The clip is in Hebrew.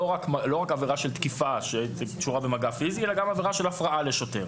לא רק עבירה של תקיפה שקשורה במגע פיזי אלא גם עבירה של הפרעה לשוטר.